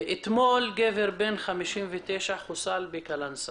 אתמול גבר בן 59 חוסל בקאלנסווה.